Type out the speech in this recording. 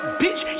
bitch